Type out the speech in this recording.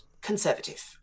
conservative